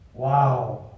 wow